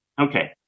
Okay